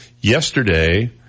Yesterday